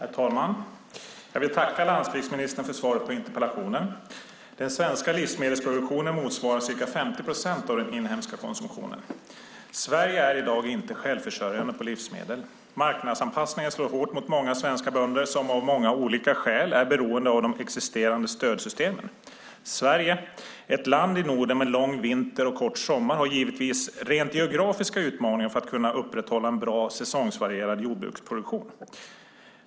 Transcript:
Herr talman! Jag vill tacka landsbygdsministern för svaret på interpellationen. Den svenska livsmedelsproduktionen motsvarar ca 50 procent av den inhemska konsumtionen. Sverige är i dag inte självförsörjande på livsmedel. Marknadsanpassningen slår hårt mot många svenska bönder som av många olika skäl är beroende av de existerande stödsystemen. Sverige, ett land i Norden med lång vinter och kort sommar, har givetvis rent geografiska utmaningar för att kunna upprätthålla en bra säsongsvarierad jordbruksproduktion.